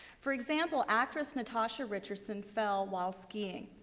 for example, actress natasha richardson fell while skiing.